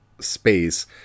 space